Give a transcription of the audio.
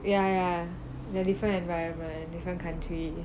ya ya the different environment different country